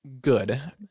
good